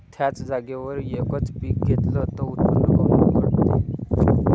थ्याच जागेवर यकच पीक घेतलं त उत्पन्न काऊन घटते?